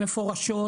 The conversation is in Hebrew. מפורשות,